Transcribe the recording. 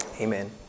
Amen